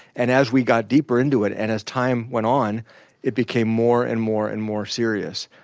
and as we got deeper into it and as time went on it became more and more and more serious.